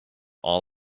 all